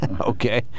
Okay